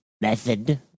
method